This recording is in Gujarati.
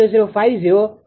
49° બનશે